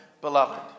beloved